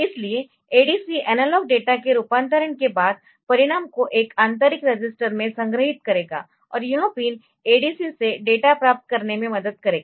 इसलिए ADC analogue data के रूपांतरण के बाद परिणाम को एक आंतरिक रजिस्टर में संग्रहीत करेगा और यह पिन ADC से डेटा प्राप्त करने में मदद करेगा